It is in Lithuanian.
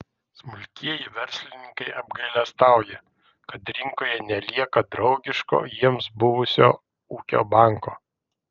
smulkieji verslininkai apgailestauja kad rinkoje nelieka draugiško jiems buvusio ūkio banko